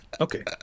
Okay